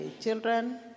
children